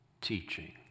teaching